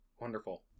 Wonderful